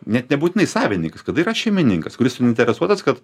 net nebūtinai savininkas kada yra šeimininkas kuris suinteresuotas kad